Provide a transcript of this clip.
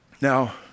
Now